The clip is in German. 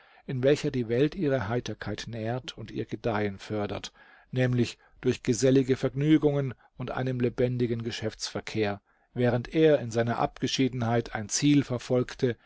in welcher die welt ihre heiterkeit nährt und ihr gedeihen fördert nämlich durch gesellige vergnügungen und einem lebendigen geschäftsverkehr während er in seiner abgeschiedenheit ein ziel verfolgte